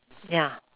ya